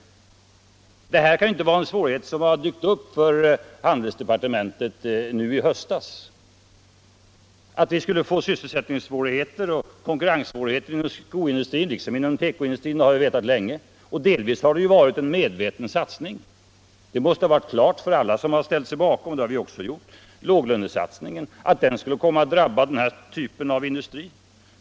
Svårigheterna dök ju inte upp i höstas. Att vi skulle få sysselsättningssvårigheter och konkurrenssvårigheter inom skoindustrin och tekoindustrin har vi vetat länge, Delvis har det varit en medveten satsning — det måste ha varit klart för alla som ställt sig bakom låglönesatsningen att den skulle drabba vissa industrityper.